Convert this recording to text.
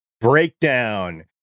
Breakdown